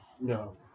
No